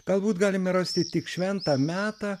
galbūt galime rasti tik šventą metą